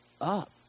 up